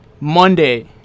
monday